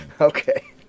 Okay